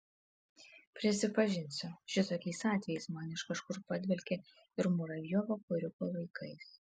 prisipažinsiu šitokiais atvejais man iš kažkur padvelkia ir muravjovo koriko laikais